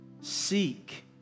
Seek